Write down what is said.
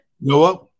Noah